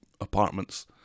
apartments